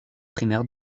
primaire